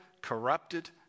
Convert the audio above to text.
corrupted